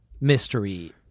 mystery